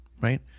right